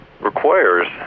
requires